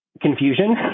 confusion